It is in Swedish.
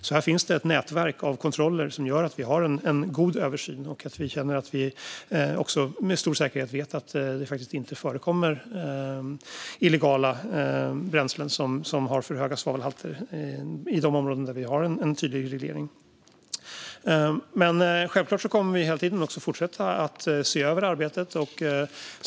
Det finns alltså ett nätverk av kontroller som gör att vi har en god översyn och att vi med stor säkerhet vet att det faktiskt inte förekommer illegala bränslen som har för höga svavelhalter i de områden där vi har en tydlig reglering. Självklart kommer vi hela tiden att fortsätta att se över arbetet.